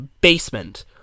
basement